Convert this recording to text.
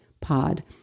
pod